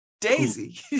Daisy